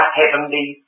heavenly